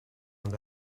ond